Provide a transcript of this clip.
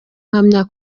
mpamya